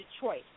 Detroit